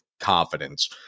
confidence